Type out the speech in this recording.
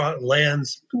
lands